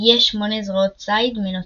יש שמונה זרועות ציד מנוצות.